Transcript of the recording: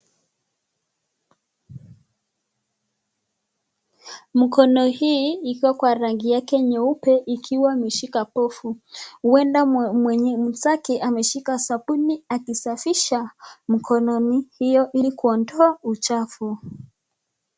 Mkono hii ikiwa kwa rangi yake nyeupe ikiwa ameshika pofu, huenda mwenye ni zake ameshika sabuni akisafisha mkononi hiyo ili kuondoa uchafu.